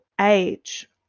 age